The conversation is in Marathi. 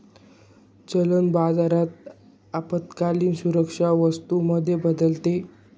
चलन बाजारात अल्पकालीन सुरक्षा वस्तू मध्ये बदलते